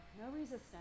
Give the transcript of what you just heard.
No-resistance